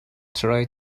try